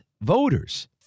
voters